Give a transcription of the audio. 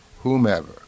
whomever